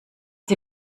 sie